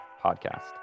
podcast